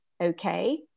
okay